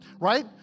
right